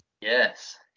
Yes